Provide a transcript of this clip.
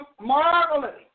Marvelous